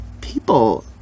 people